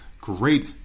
great